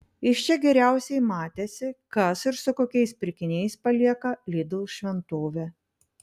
iš čia geriausiai matėsi kas ir su kokiais pirkiniais palieka lidl šventovę